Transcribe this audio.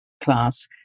class